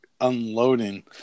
unloading